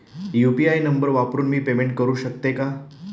UPI number वापरून मी payment करू शकते का?